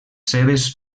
seves